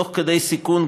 תוך סיכון,